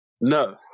No